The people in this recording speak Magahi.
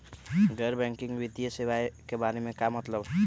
गैर बैंकिंग वित्तीय सेवाए के बारे का मतलब?